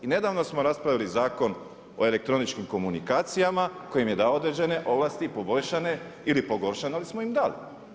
I nedavno smo raspravili Zakon o elektroničkim komunikacijama koji im je dao određene ovlasti i poboljšane ili pogoršane ali smo im dali.